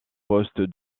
poste